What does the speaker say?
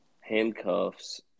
handcuffs